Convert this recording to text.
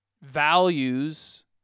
values